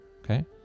okay